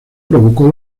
provocó